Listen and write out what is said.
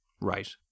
right